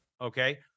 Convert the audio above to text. Okay